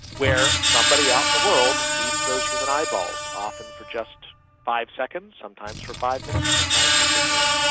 where somebody out in the world needs those human eyeballs, often for just five seconds, sometimes for five minutes, sometimes for fifteen,